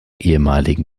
ehemaligen